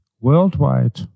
worldwide